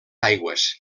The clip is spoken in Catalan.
aigües